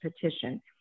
petition